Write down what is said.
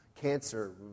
cancer